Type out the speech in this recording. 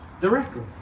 Directly